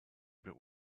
but